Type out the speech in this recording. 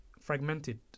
fragmented